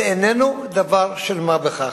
וזה איננו דבר של מה בכך.